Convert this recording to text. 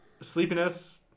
sleepiness